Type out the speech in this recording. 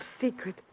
secret